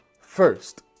first